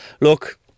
look